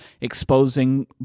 exposing